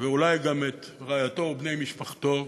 ואולי גם של רעייתו ובני משפחתו,